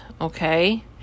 Okay